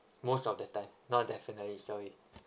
most of the time not definitely sorry